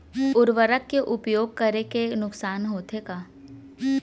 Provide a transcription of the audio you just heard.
उर्वरक के उपयोग करे ले नुकसान होथे का?